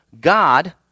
God